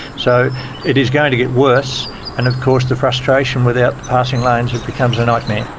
so it is going to get worse, and of course the frustration without the passing lanes, it becomes a nightmare.